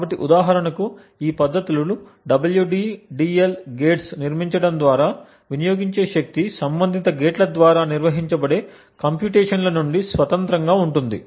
కాబట్టి ఉదాహరణకు ఈ పద్ధతులు WDDL గేట్లు నిర్మించటం ద్వారా వినియోగించే శక్తి సంబంధిత గేట్ల ద్వారా నిర్వహించబడే కంప్యూటేషన్ ల నుండి స్వతంత్రంగా ఉంటుంది